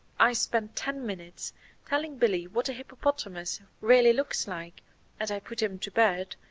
i spent ten minutes telling billy what a hippopotamus really looks like as i put him to bed,